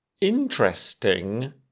interesting